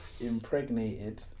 Impregnated